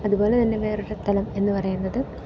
അതുപോലെ തന്നെ വേറൊരു സ്ഥലം എന്ന് പറയുന്നത്